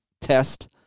test